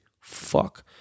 fuck